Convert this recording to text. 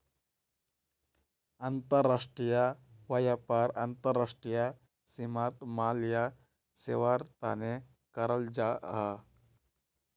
अंतर्राष्ट्रीय व्यापार अंतर्राष्ट्रीय सीमात माल या सेवार तने कराल जाहा